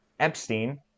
Epstein